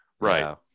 Right